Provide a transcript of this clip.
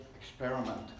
experiment